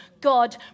God